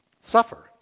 suffer